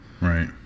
Right